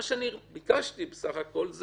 מה שאני ביקשתי בסך הכול,